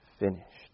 finished